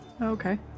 Okay